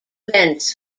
events